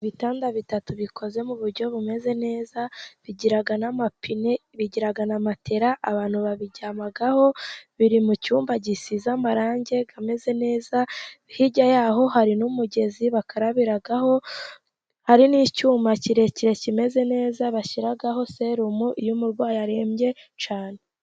Ibitanda bitatu bikoze mu buryo bumeze neza bigiraga n'amapine, bigira na matela abantu babiryamaho biri mu cyumba gisize amarangi ameze neza hirya y'aho hari n'umugezi bakarabiraho, hari n'icyuma kirekire kimeze neza bashyiraho serumu iyo umurwayi arembye cyane.